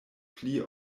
pli